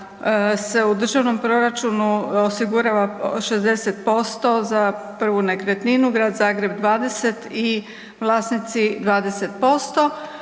se u državnom proračunu osigurava 60% za prvu nekretninu, Grad Zagreb 20% i vlasnici 20%.